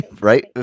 Right